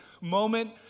moment